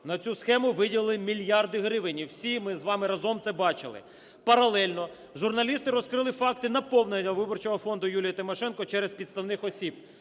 На цю схему виділили мільярди гривень, і всі ми з вами разом це бачили. Паралельно журналісти розкрили факти наповнення виборчого фонду Юлії Тимошенко через підставних осіб: